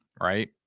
right